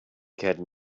had